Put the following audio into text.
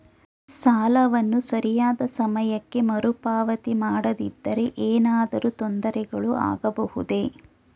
ಸಾಲವನ್ನು ಸರಿಯಾದ ಸಮಯಕ್ಕೆ ಮರುಪಾವತಿ ಮಾಡದಿದ್ದರೆ ಏನಾದರೂ ತೊಂದರೆಗಳು ಆಗಬಹುದೇ?